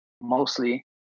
mostly